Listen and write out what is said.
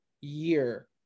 year